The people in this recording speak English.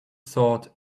sword